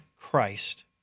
Christ